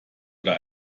oder